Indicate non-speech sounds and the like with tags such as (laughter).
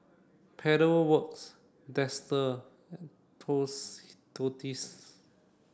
Pedal Works Dester (unintelligible)